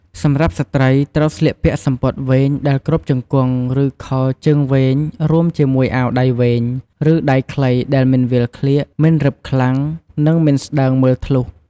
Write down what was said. សម្រាប់ស្ត្រី ត្រូវស្លៀកពាក់សំពត់វែងដែលគ្របជង្គង់ ឬខោជើងវែង រួមជាមួយអាវដៃវែង ឬដៃខ្លីដែលមិនវាលក្លៀក មិនរឹបខ្លាំង និងមិនស្តើងមើលធ្លុះ។